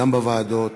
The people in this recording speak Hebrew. גם בוועדות,